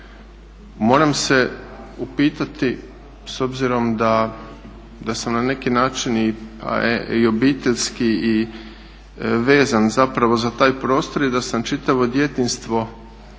Moram se upitati s obzirom da sam na neki način i obiteljski i vezan za taj prostor i da sam čitavo djetinjstvo preko